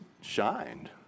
shined